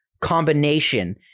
combination